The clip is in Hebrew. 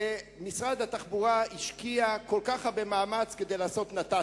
משרד התחבורה השקיע כל כך הרבה מאמץ כדי לעשות נת"צים,